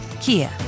Kia